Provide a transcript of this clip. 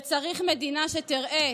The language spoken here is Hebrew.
וצריך מדינה שתראה